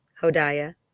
Hodiah